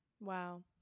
Wow